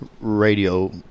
radio